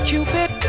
Cupid